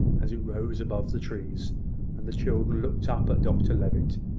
as it rose above the trees and the children looked up at dr levitt,